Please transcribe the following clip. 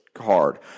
hard